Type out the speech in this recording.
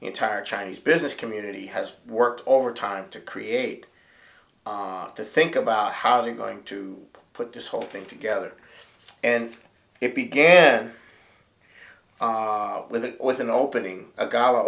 entire chinese business community has worked overtime to create to think about how they're going to put this whole thing together and it began with a with an opening a gall